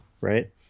right